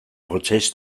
prozess